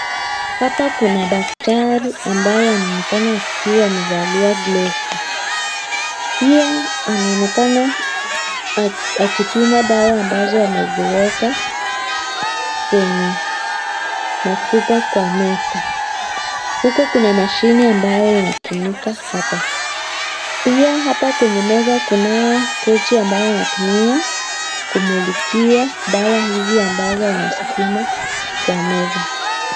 Hapa kuna daktari ambaye anaonekana akiwa amevalia glavu, pia anaonekana akipima dawa ambazo ameziweka kwenye machupa kwa meza huku kuna mashine ambayo inatumika hapa pia hapa kwenye meza kunayo tochi ambayo anatumia kumulikia dawa hizi ambazo anazipima kwa meza.